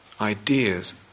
Ideas